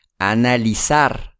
analizar